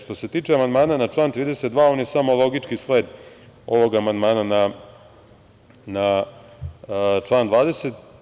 Što se tiče amandmana na član 32. on je samo logični sled ovog amandmana na član 20.